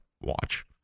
watch